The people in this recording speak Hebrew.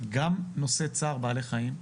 נושא צער בעלי חיים,